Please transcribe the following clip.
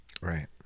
Right